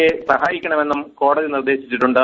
യെ സഹായിക്കണമെന്നും കോടതി നിർദ്ദേശിച്ചിട്ടുണ്ട്